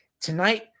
Tonight